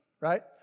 right